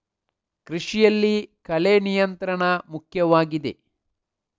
ಕೃಷಿಯಲ್ಲಿ ಕಳೆ ನಿಯಂತ್ರಣ ಮುಖ್ಯವಾಗಿದೆ